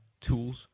tools